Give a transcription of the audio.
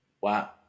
Wow